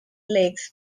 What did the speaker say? lakes